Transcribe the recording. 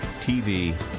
TV